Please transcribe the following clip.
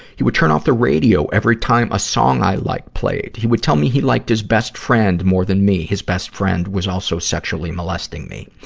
he would turn off the radio every time a song i liked played. he would tell me he liked his best friend more than me. his best friend was also sexually molesting me.